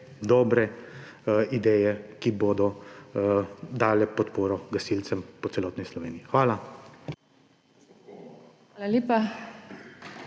dobre ideje, ki bodo dale podporo gasilcem po celotni Sloveniji. Hvala.